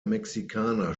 mexikaner